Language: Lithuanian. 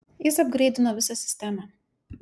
jis apgreidino visą sistemą